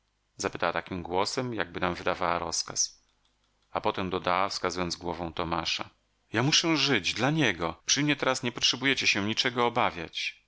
zapytała takim głosem jakby nam wydawała rozkaz a potem dodała wskazując głową tomasza ja muszę żyć dla niego przy mnie teraz nie potrzebujecie się niczego obawiać